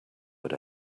but